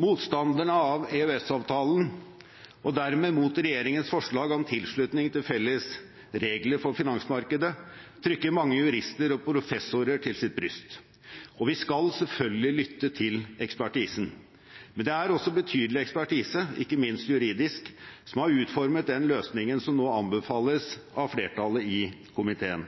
Motstanderne av EØS-avtalen, og derved mot regjeringens forslag om tilslutning til felles regler for finansmarkedet, trykker mange jurister og professorer til sitt bryst. Vi skal selvfølgelig lytte til ekspertisen, men det er også betydelig ekspertise – ikke minst juridisk – som har utformet den løsningen som nå anbefales av flertallet i komiteen.